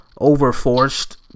over-forced